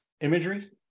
imagery